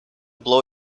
blow